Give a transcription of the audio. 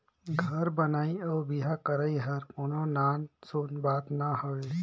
घर बनई अउ बिहा करई हर कोनो नान सून बात ना हवे